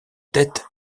tête